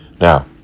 Now